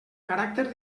caràcter